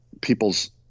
people's